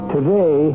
Today